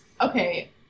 Okay